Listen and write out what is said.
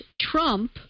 trump